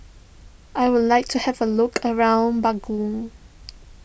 I would like to have a look around Bangui